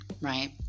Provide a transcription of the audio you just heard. right